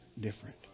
different